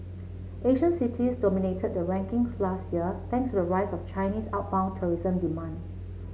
Asian cities dominated the rankings last year thanks to the rise of Chinese outbound tourism demand